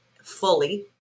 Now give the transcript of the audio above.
fully